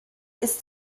ist